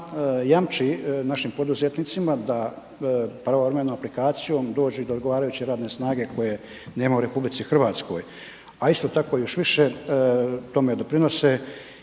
jamči našim poduzetnicima da pravovremenom aplikacijom dođu i do odgovarajuće radne snage koje nema u RH a isto tako još više tome doprinose